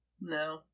No